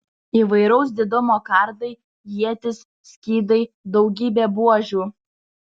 įvairaus didumo kardai ietys skydai daugybė buožių